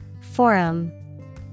Forum